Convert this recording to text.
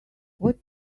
what